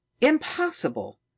impossible